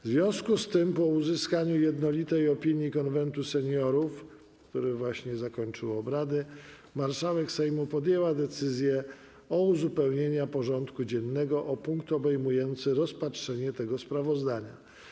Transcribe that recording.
W związku z tym, po uzyskaniu jednolitej opinii Konwentu Seniorów, który właśnie zakończył obrady, Marszałek Sejmu podjęła decyzję o uzupełnieniu porządku dziennego punkt obejmujący rozpatrzenie tego sprawozdania.